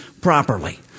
properly